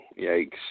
yikes